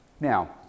Now